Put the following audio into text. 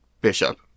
Bishop